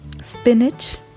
spinach